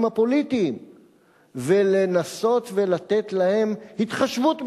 הפוליטיים ולנסות לתת להם התחשבות מסוימת.